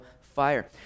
fire